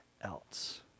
else